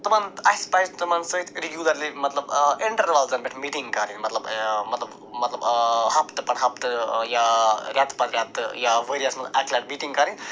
تِمَن اَسہِ پَزِ تِمَن سۭتۍ رِگیوٗلَرلی مطلب اِنٛٹَروَلزَن پٮ۪ٹھ میٖٹِنٛگ کَرٕنۍ مطلب مطلب مطلب ہفتہٕ پتہٕ ہفتہٕ یا رٮ۪تہٕ پتہٕ رٮ۪تہٕ یا ؤریَس منٛز اَکہِ لَٹہِ میٖٹِنٛگ کَرٕنۍ